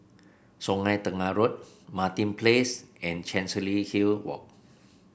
Sungei Tengah Road Martin Place and Chancery Hill Walk